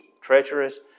treacherous